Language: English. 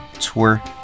tour